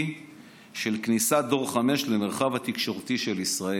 של כניסת דור 5 למרחב התקשורת של ישראל.